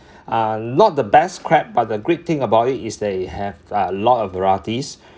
uh not the best crab but the great thing about it is they have uh a lot of varieties